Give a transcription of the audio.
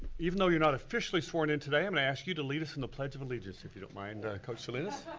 even though you're not officially sworn in today, i'm gonna ask you to lead us in the pledge of allegiance if you don't mind coach salinas.